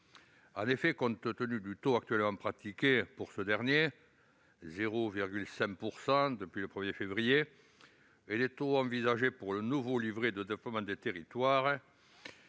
En effet, compte tenu du taux actuellement pratiqué pour ce dernier, à hauteur de 0,5 % depuis le 1 février 2021, de ceux envisagés pour le nouveau livret de développement des territoires,